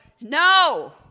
no